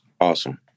awesome